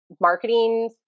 marketing